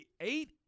eight